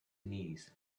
knees